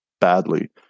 badly